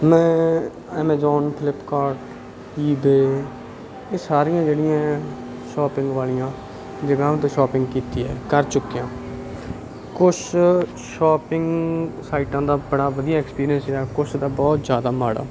ਮੈਂ Amazon Flipkart eBay ਇਹ ਸਾਰੀਆਂ ਜਿਹੜੀਆਂ ਸ਼ੋਪਿੰਗ ਵਾਲੀਆਂ ਜਗ੍ਹਾ ਤੋਂ ਸ਼ੋਪਿੰਗ ਕੀਤੀ ਹੈ ਕਰ ਚੁਕਿਆ ਕੁਛ ਸ਼ੋਪਿੰਗ ਸਾਈਟਾਂ ਦਾ ਬੜਾ ਵਧੀਆ ਐਕਪੀਰੀਅੰਸ ਰਿਹਾ ਕੁਛ ਦਾ ਬਹੁਤ ਜ਼ਿਆਦਾ ਮਾੜਾ